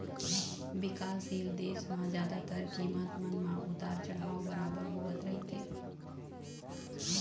बिकासशील देश म जादातर कीमत मन म उतार चढ़ाव बरोबर होवत रहिथे